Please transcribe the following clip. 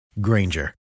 Granger